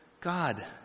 God